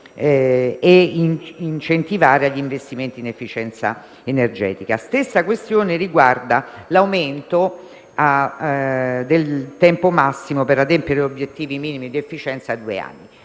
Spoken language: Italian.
e incentivare gli investimenti in efficienza energetica. La stessa questione riguarda l'aumento a due anni del tempo massimo per adempiere agli obiettivi minimi di efficienza. Al di